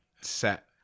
set